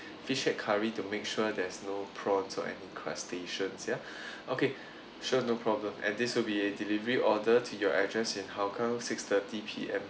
fish head curry to make sure there's no prawns or any crustaceans ya okay sure no problem and this will be a delivery order to your address in hougang six thirty P_M